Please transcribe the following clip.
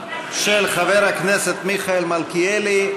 של חבר הכנסת מיכאל מלכיאלי.